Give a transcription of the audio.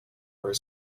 where